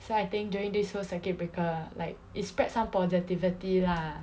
so I think during this whole circuit breaker like it spread some positivity lah